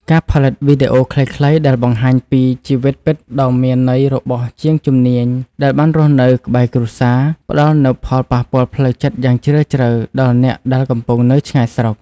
ការផលិតវីដេអូខ្លីៗដែលបង្ហាញពីជីវិតពិតដ៏មានន័យរបស់ជាងជំនាញដែលបានរស់នៅក្បែរគ្រួសារ ផ្ដល់នូវផលប៉ះពាល់ផ្លូវចិត្តយ៉ាងជ្រាលជ្រៅដល់អ្នកដែលកំពុងនៅឆ្ងាយស្រុក។